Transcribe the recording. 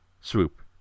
Swoop